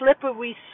slippery